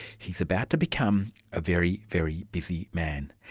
he's about to become a very, very busy man.